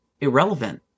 irrelevant